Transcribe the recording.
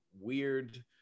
weird